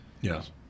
Yes